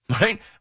right